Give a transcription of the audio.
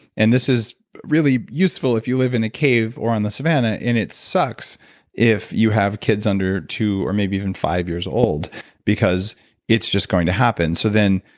and this is really useful if you live in a cave or on the savanna and it sucks if you have kids under two or maybe even five years old because it's just going to happen. so then,